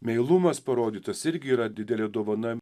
meilumas parodytas irgi yra didelė dovana